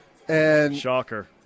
Shocker